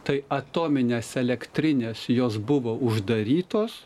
tai atominės elektrinės jos buvo uždarytos